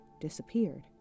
disappeared